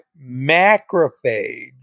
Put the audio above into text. macrophage